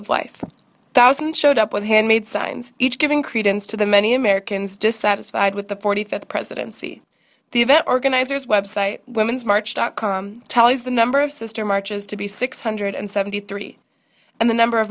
of life thousand showed up with handmade signs each giving credence to the many americans dissatisfied with the forty fifth presidency the event organizers website women's march dot com teles the number of sister marches to be six hundred seventy three and the number of